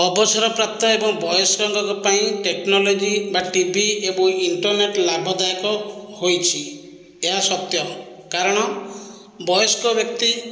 ଅବସର ପ୍ରାପ୍ତ ଏବଂ ବୟସ୍କଙ୍କ ପାଇଁ ଟେକ୍ନୋଲୋଜି ବା ଟିଭି ଏବଂ ଇଣ୍ଟର୍ନେଟ ଲାଭ ଦାୟକ ହୋଇଛି ଏହା ସତ୍ୟ କାରଣ ବୟସ୍କ ବ୍ୟକ୍ତି